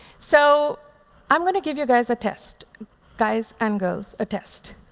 so i'm going to give you guys a test guys and girls a test.